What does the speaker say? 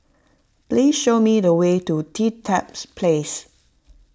please show me the way to Dedap Place